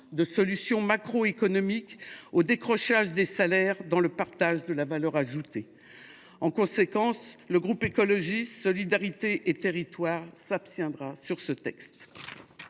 à la problématique du décrochage des salaires dans le partage de la valeur ajoutée. En conséquence, le groupe Écologiste – Solidarité et Territoires s’abstiendra sur ce texte.